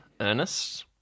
Ernest